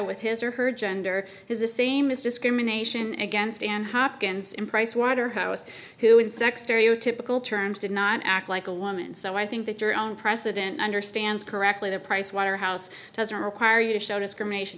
with his or her gender is the same as discrimination against and hopkins in pricewaterhouse who in sex stereotypical terms did not act like a woman so i think that your own president understands correctly the pricewaterhouse doesn't require you to show discrimination